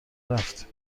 رفتیم